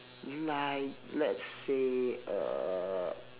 like let's say uh